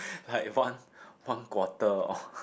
like one one quarter or